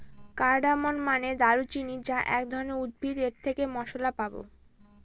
cardamom মানে দারুচিনি যা এক ধরনের উদ্ভিদ এর থেকে মসলা পাবো